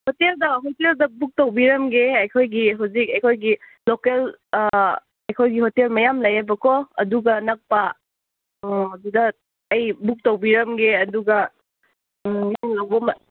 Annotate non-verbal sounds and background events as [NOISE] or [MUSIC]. ꯍꯣꯇꯦꯜꯗ ꯍꯣꯇꯦꯜꯗ ꯕꯨꯛ ꯇꯧꯕꯤꯔꯝꯒꯦ ꯑꯩꯈꯣꯏꯒꯤ ꯍꯧꯖꯤꯛ ꯑꯩꯈꯣꯏꯒꯤ ꯂꯣꯀꯦꯜ ꯑꯩꯈꯣꯏꯒꯤ ꯍꯣꯇꯦꯜ ꯃꯌꯥꯝ ꯂꯩꯌꯦꯕꯀꯣ ꯑꯗꯨꯒ ꯅꯛꯄ ꯑꯥ ꯑꯗꯨꯗ ꯑꯩ ꯕꯨꯛ ꯇꯧꯕꯤꯔꯝꯒꯦ ꯑꯗꯨꯒ ꯎꯝ ꯅꯪ [UNINTELLIGIBLE]